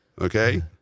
okay